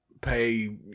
pay